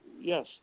yes